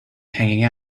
hanging